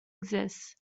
exists